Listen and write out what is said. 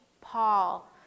Paul